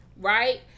Right